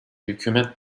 hükümet